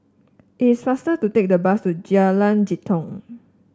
it's faster to take the bus to Jalan Jitong